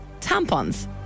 tampons